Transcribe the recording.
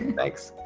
thanks.